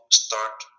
start